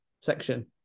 section